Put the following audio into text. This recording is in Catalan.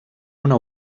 una